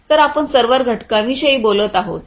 तर आपण सर्व्हर घटकाविषयी बोलत आहोत